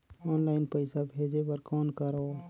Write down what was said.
Online पईसा भेजे बर कौन करव?